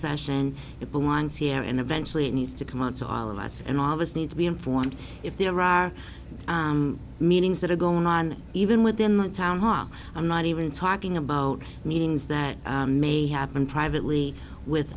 session it belongs here and eventually yes to come out to all of us and all of us need to be informed if there are meetings that are going on even within the town hall i'm not even talking about meetings that may happen privately with